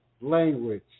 language